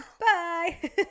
Bye